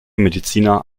mediziner